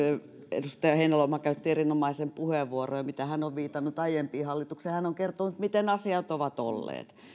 edustaja heinäluoma käytti erinomaisen puheenvuoron ja mitä hän on viitannut aiempiin hallituksiin hän on kertonut miten asiat ovat olleet